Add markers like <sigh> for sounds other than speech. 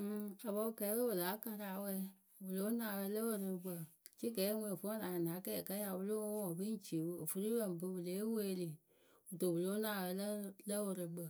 <hesitation> apɔɔkɛɛpǝ pǝ láa karɨ awɛɛ pɨ lóo nuŋ awɛɛ lǝ wɨrɨkpǝ cɩkɛɛyǝ ŋwe vǝ́ la nyɩŋ na kɛɛ kǝ́ pɨ ya pɨ lóo woŋ pɨ ciwǝ ofuripǝ ŋpe pɨ lée weeli. kɨto pɨ lóo nuŋ awɛ lǝ wǝ lǝ wɨrɨkpǝ.